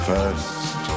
First